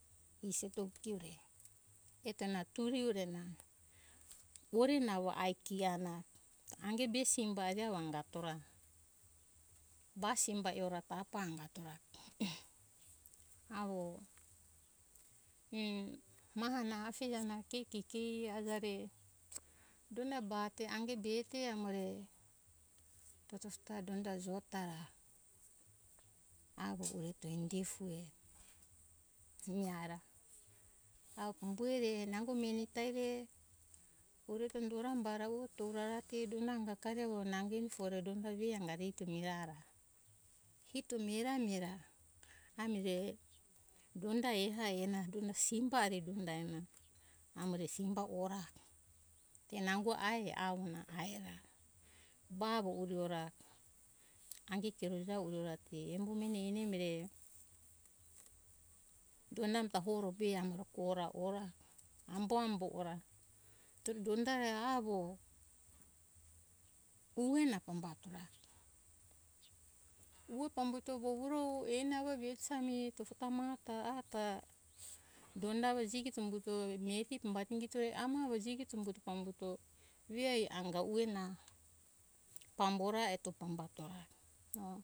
Iseto kiore eto nau turi e orena vore na ai kia na ange be simbari angato ra pasimba e ora tafa angatora avo maha na afija na ke te ke hio aja re donda ba te ange be te amore pasaja ta donda ra avo eto inde fue miha ra avo pambue re nango meni ta re pure to do ra na ue torara te donda amo akari nango eni fore donda be angari mira ra hito mihe ra mihe ra donda eh ana simba ari ena amo re simba ora nango aie avo na aira ba avo pure ora ange keroja ue ra te meni eni amo re donda ami ta koro pe amo kora ora ambo ambo ora turi donda avo puve na pambato ra pue pambto vovuro eni avo aha maha ta donda avo jigito umbto mireti pambati ingito ue amai avo jigito pambuto hio anga ue na pambo ra eto pambato ra